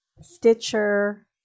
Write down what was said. stitcher